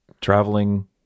traveling